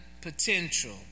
potential